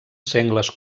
sengles